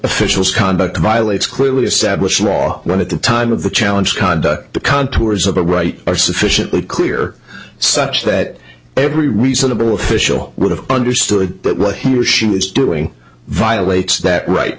officials conduct violates clearly established law when at the time of the challenge the contours of the right are sufficiently clear such that every reasonable official would have understood that what he or she was doing violates that right